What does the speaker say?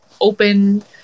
open